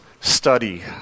study